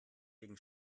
gegen